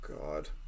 god